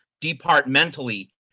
departmentally